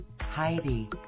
Heidi